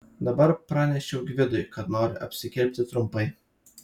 dabar pranešiau gvidui kad noriu apsikirpti trumpai